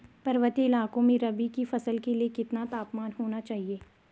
पर्वतीय इलाकों में रबी की फसल के लिए कितना तापमान होना चाहिए?